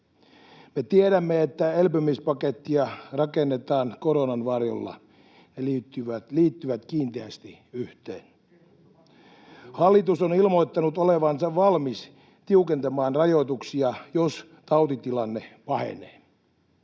Me tiedämme, että elpymispakettia rakennetaan koronan varjolla — ne liittyvät kiinteästi yhteen. [Vasemmalta: Ehdottomasti!] Hallitus on ilmoittanut olevansa valmis tiukentamaan rajoituksia, jos tautitilanne pahenee.